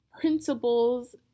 principles